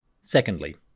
Secondly